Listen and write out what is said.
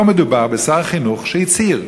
פה מדובר בשר חינוך שהצהיר